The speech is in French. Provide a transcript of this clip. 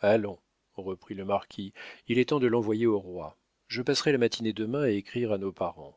allons reprit le marquis il est temps de l'envoyer au roi je passerai la matinée demain à écrire à nos parents